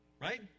Right